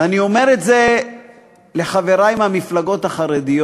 ואני אומר את זה לחברי מהמפלגות החרדיות,